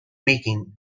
making